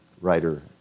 writer